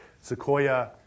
Sequoia